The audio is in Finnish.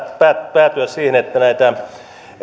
päätyä siihen että tätä